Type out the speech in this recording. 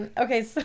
Okay